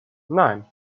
nein